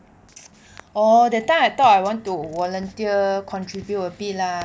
oh that time I though I want to volunteer contribute a bit lah